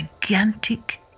gigantic